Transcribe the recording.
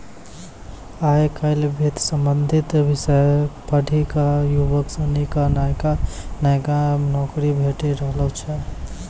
आय काइल वित्त संबंधी विषय पढ़ी क युवक सनी क नयका नयका नौकरी भेटी रहलो छै